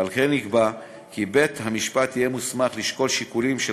ועל כן נקבע כי בית-המשפט יהיה מוסמך לשקול שיקולים של